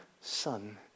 son